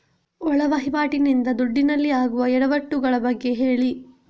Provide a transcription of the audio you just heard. ಒಳ ವಹಿವಾಟಿ ನಿಂದ ದುಡ್ಡಿನಲ್ಲಿ ಆಗುವ ಎಡವಟ್ಟು ಗಳ ಬಗ್ಗೆ ಹೇಳಿ